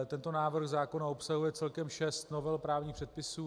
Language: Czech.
Tento návrh zákona obsahuje celkem šest novel právních předpisů.